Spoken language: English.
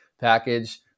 package